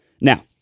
Now